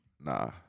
Nah